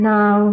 Now